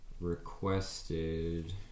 requested